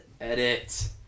edit